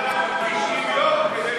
יום כדי